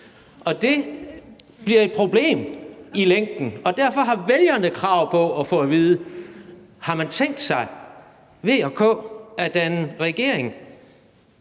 Og det bliver et problem i længden, og derfor har vælgerne krav på at få at vide, om V og K har tænkt sig at danne regering